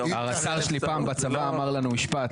הרס"ר שלי פעם בצבא אמר לנו משפט,